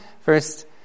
first